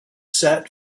set